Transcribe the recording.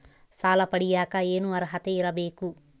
ಸಾಲ ಪಡಿಯಕ ಏನು ಅರ್ಹತೆ ಇರಬೇಕು?